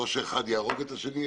לא שאחד יהרוג את השני,